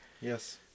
Yes